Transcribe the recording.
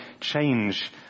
change